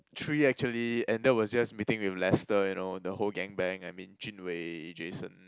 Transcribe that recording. three actually and that was just meeting with Lester you know the whole gang bang I mean Jun-Wei Jason